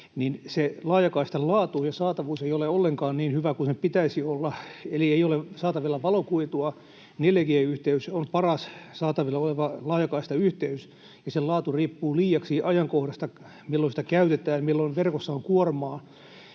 se laajakaistan laatu ja saatavuus ei ole ollenkaan niin hyvä kuin sen pitäisi olla, eli ei ole saatavilla valokuitua. 4G-yhteys on paras saatavilla oleva laajakaistayhteys, ja sen laatu riippuu liiaksi ajankohdasta, milloin sitä käytetään — milloin verkossa on kuormaa